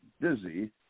busy